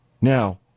Now